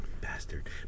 Bastard